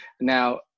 Now